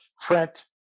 print